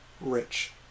rich